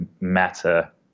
matter